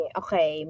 okay